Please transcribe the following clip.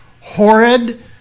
horrid